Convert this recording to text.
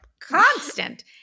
constant